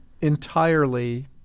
entirely